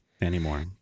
anymore